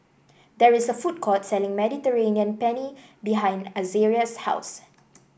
there is a food court selling Mediterranean Penne behind Azaria's house